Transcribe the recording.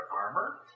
armor